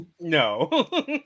No